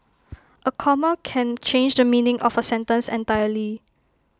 A comma can change the meaning of A sentence entirely